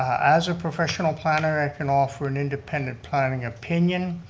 as a professional planner i can offer an independent planning opinion,